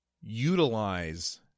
utilize